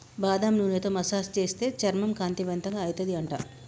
బాదం నూనెతో మసాజ్ చేస్తే చర్మం కాంతివంతంగా అయితది అంట